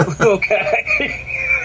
okay